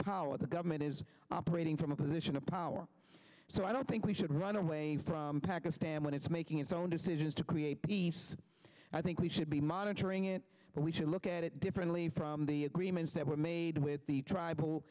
power the government is operating from a position of power so i don't think we should run away from pakistan when it's making its own decisions to create peace i think we should be monitoring it but we should look at it differently from the agreements that were made with the tribal